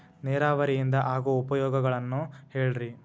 ನೇರಾವರಿಯಿಂದ ಆಗೋ ಉಪಯೋಗಗಳನ್ನು ಹೇಳ್ರಿ